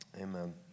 amen